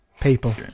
People